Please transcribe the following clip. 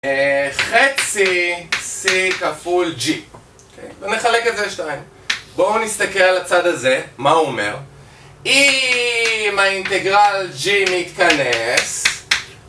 חצי C כפול G, ונחלק את זה ל 2. בואו נסתכל על הצד הזה, מה הוא אומר? אם האינטגרל G מתכנס...